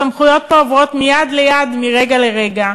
הסמכויות פה עוברות מיד ליד מרגע לרגע,